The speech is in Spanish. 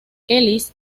ellis